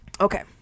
Okay